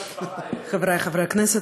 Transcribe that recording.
חברי חברי הכנסת,